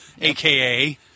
aka